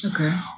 Okay